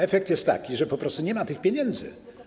Efekt jest taki, że po prostu nie ma tych pieniędzy.